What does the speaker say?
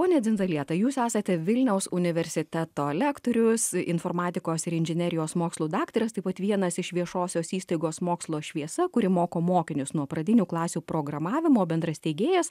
pone dzindzalieta jūs esate vilniaus universiteto lektorius informatikos ir inžinerijos mokslų daktaras taip pat vienas iš viešosios įstaigos mokslo šviesa kuri moko mokinius nuo pradinių klasių programavimo bendrasteigėjas